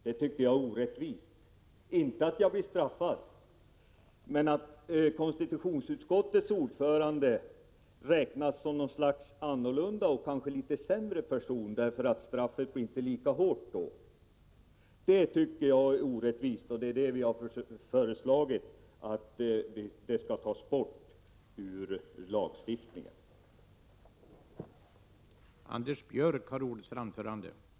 Det är orättvist — inte att jag blir straffad men att konstitutionsutskottets ordförande räknas som en annorlunda och kanske litet sämre person, genom att straffet för att jag skadar honom inte blir lika hårt. Jag har därför föreslagit att bestämmelsen skall tas bort ur lagstiftningen.